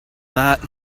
that